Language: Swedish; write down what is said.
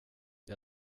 det